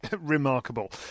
remarkable